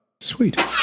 Sweet